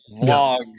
vlogs